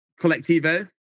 Collectivo